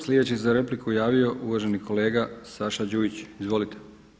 Sljedeći se za repliku javio uvaženi kolega Saša Đujić, izvolite.